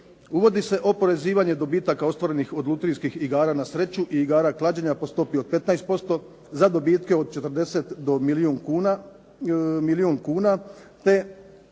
Uvodi se oporezivanje dobitaka ostvarenih od lutrijskih igara na sreću i igara na sreću po stopi od 15% za dobitke od 40 do milijun kuna